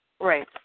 Right